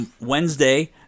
wednesday